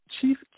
chief